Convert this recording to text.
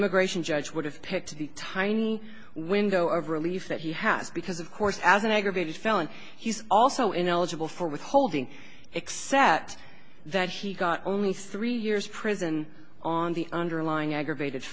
immigration judge would have picked the tiny window of relief that he has because of course as an aggravated felony he's also ineligible for withholding except that he got only three years prison on the underlying aggravated